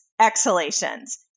exhalations